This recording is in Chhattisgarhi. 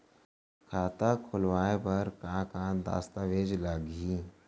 खाता खोलवाय बर का का दस्तावेज लागही?